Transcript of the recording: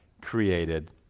created